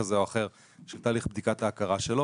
כזה או אחר של תהליך בדיקת ההכרה שלו.